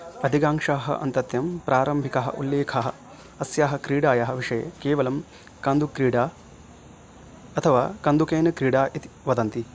अधिकांशाः अत्यन्तं प्रारम्भिकाः उल्लेखः अस्याः क्रीडायाः विषये केवलं कन्दुकक्रीडा अथवा कन्दुकेन क्रीडा इति वदन्ति